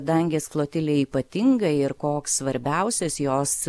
dangės flotilė ypatinga ir koks svarbiausias jos